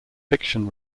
fiction